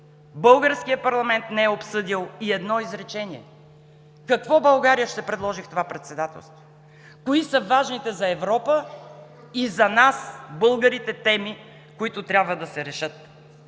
Българският парламент не е обсъдил и едно изречение. Какво България ще предложи в това председателство? Кои са важните за Европа и за нас, българите, теми, които трябва да се решат?